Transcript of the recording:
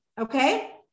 okay